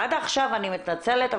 עד עכשיו אני מתנצלת,